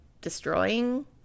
destroying